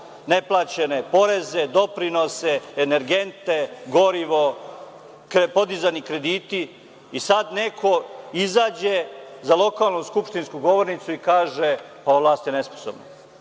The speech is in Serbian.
ne plaćene poreze, doprinose, energente, gorivo, podizani krediti i sada neko izađe za lokalnu skupštinsku govornicu i kaže – ova vlast je nesposobna.